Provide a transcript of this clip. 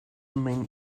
main